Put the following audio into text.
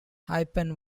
hyphen